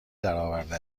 درآورده